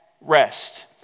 rest